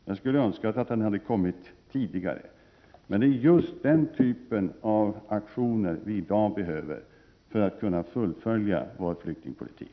Jag önskar att den hade kommit tidigare, men det är just den typen av aktioner vi i dag behöver för att kunna fullfölja vår flyktingpolitik.